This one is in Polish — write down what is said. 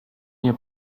nie